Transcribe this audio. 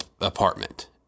apartment